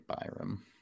byram